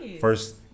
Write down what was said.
First